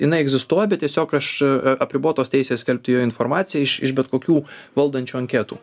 jinai egzistuoja bet tiesiog aš apribotos teisės skelbti joje informaciją iš iš bet kokių valdančių anketų